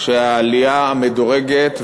שבעלייה המדורגת,